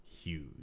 huge